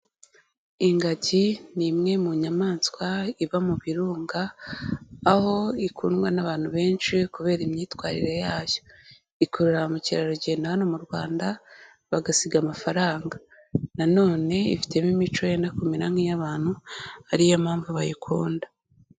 Ingagi ni imwe mu nyamaswa iba mu birunga, aho ikundwa n'abantu benshi kubera imyitwarire yayo. Ikurura bamukerarugendo hano mu Rwanda, bagasiga amafaranga. Na none ifitemo imico yenda kumera nk'iy'abantu, ari yo mpamvu bayikunda.